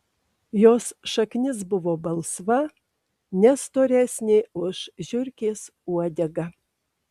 jos šaknis buvo balsva ne storesnė už žiurkės uodegą